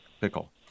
pickle